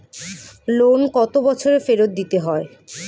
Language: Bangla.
লোন কত বছরে ফেরত দিতে হয়?